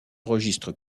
registre